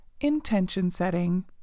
intention-setting